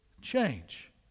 change